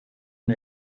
and